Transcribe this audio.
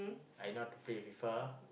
I know how to play F_I_F_A